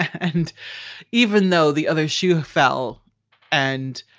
and even though the other shoe fell and